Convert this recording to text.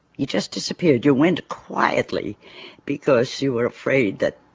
you just disappeared. you went quietly because you were afraid that